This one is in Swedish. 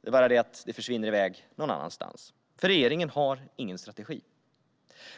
Det är bara det att det försvinner i väg någon annanstans, för regeringen har ingen strategi.